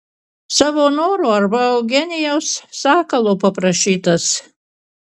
savo noru arba eugenijaus sakalo paprašytas